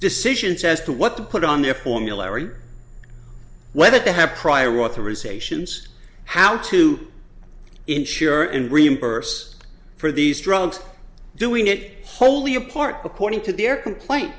decisions as to what to put on their formulary whether to have prior authorizations how to ensure and reimburse for these drugs doing it wholly apart reporting to their complaint